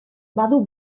badu